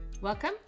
Welcome